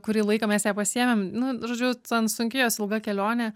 kurį laiką mes ją pasiėmėm nu žodžiu ten sunki jos ilga kelionė